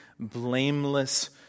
blameless